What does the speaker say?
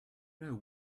know